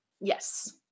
Yes